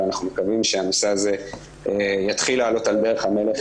אנחנו מקווים שהנושא הזה יתחיל לעלות על דרך המלך.